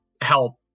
help